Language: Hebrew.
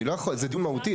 אני לא יכול, זה דיון מהותי.